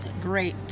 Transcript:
great